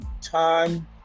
time